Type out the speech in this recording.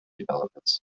developments